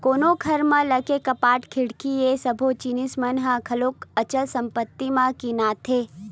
कोनो घर म लगे कपाट, खिड़की ये सब्बो जिनिस मन ह घलो अचल संपत्ति म गिनाथे